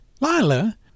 Lila